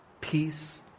peace